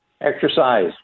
exercise